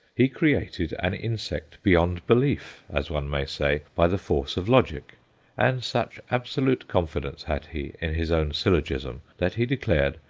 he created an insect beyond belief, as one may say, by the force of logic and such absolute confidence had he in his own syllogism that he declared,